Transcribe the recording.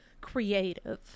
creative